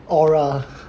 aura